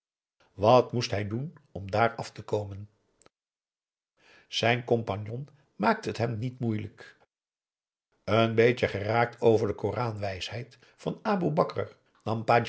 wat moest hij doen om daar af te komen zijn compagnon maakte het hem niet moeilijk een beetje geraakt over de koranwijsheid van aboe bakar